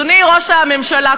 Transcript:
אדוני ראש הממשלה,